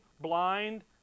blind